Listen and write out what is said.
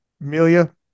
Amelia